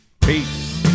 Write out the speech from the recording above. Peace